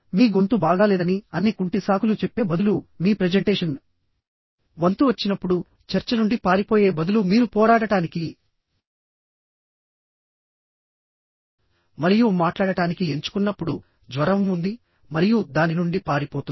మీ గొంతు బాగాలేదని అన్ని కుంటి సాకులు చెప్పే బదులు మీ ప్రెజెంటేషన్ వంతు వచ్చినప్పుడు చర్చ నుండి పారిపోయే బదులు మీరు పోరాడటానికి మరియు మాట్లాడటానికి ఎంచుకున్నప్పుడుజ్వరం ఉంది మరియు దాని నుండి పారిపోతుంది